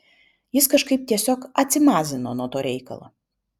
jis kažkaip tiesiog atsimazino nuo to reikalo